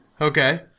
Okay